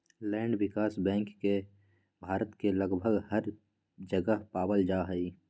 land विकास bank के भारत के लगभग हर जगह पावल जा हई